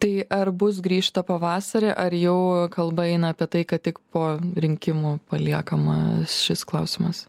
tai ar bus grįžta pavasarį ar jau kalba eina apie tai kad tik po rinkimų paliekama šis klausimas